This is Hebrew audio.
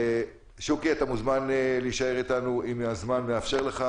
אתה מוזמן להישאר איתנו, אם הזמן מאפשר לך.